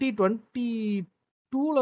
2022